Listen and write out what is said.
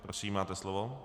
Prosím, máte slovo.